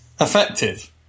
Effective